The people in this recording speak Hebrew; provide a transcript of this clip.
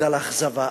בגלל אכזבה.